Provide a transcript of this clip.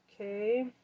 okay